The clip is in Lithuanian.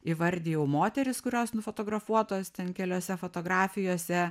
įvardijau moteris kurios nufotografuotos ten keliose fotografijose